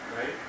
right